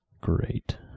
great